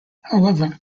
however